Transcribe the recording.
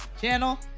channel